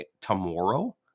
tomorrow